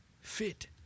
fit